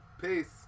Peace